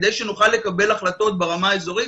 כדי שנוכל לקבל החלטות ברמה אזורית.